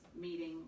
meeting